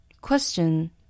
Question